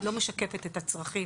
לא משקפת את הצרכים,